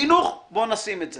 חינוך, בוא נשים את זה.